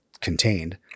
contained